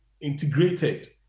integrated